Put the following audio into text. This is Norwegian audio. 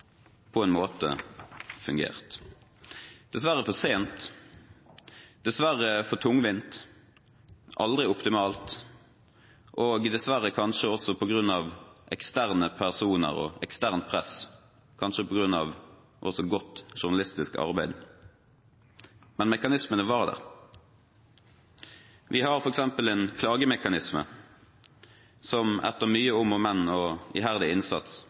på en måte fungert – dessverre for sent, dessverre for tungvint, aldri optimalt og dessverre kanskje også på grunn av eksterne personer og eksternt press, kanskje på grunn av godt journalistisk arbeid. Men mekanismene var der. Vi har f.eks. en klagemekanisme som etter mye om og men og iherdig innsats